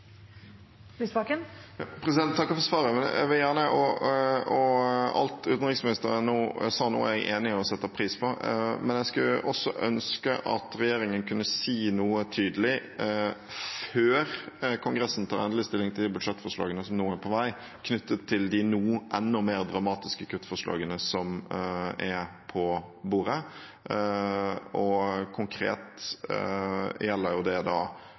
Jeg takker for svaret. Alt utenriksministeren nå sa, er jeg enig i og setter jeg pris på, men jeg skulle også ønske at regjeringen kunne si noe tydelig før Kongressen tar endelig stilling til de budsjettforslagene som nå er på vei, knyttet til de nå enda mer dramatiske kuttforslagene som er på bordet. Konkret gjelder det f.eks. UNICEF, FNs barneorganisasjon. Det